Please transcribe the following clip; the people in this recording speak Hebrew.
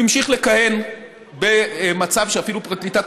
הוא המשיך לכהן במצב שאפילו פרקליטת